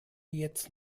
jetzt